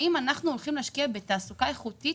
האם אנחנו הולכים להשקיע בתעסוקה איכותית,